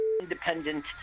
independent